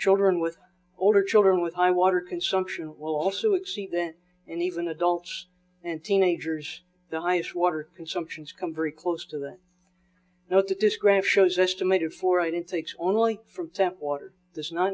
children with older children with high water consumption will also exceed that and even adults and teenagers the highest water consumption has come very close to that now to describe shows estimated for itin takes only for example water does not